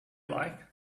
like